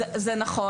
זה נכון,